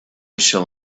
shall